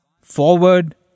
forward